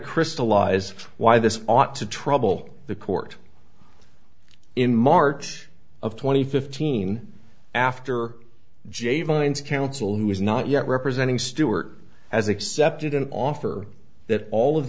crystallize why this ought to trouble the court in march of twenty fifteen after j vines counsel who is not yet representing stewart has accepted an offer that all of